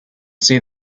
see